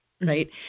right